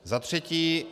Za třetí.